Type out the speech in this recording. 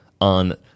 on